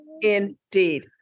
indeed